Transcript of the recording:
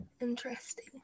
interesting